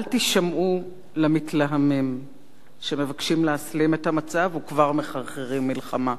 אל תישמעו למתלהמים שמבקשים להסלים את המצב וכבר מחרחרים מלחמה.